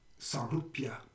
Sarupya